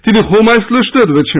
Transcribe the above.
তিনি হোম আইসোলেশনে রয়েছেন